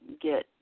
get